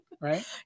Right